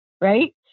right